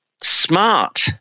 smart